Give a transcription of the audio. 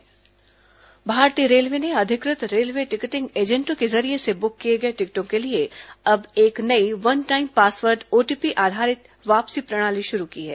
railway ticket refund भारतीय railway ने अधिक त रेलवे टिकटिंग एजेंटों के जरिए से बुक किए गए टिकटों के लिए एक नई वन टाइम पासवर्ड ओटीपी आधारित वापसी प्रणाली शुरू की है